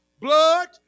blood